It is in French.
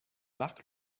marc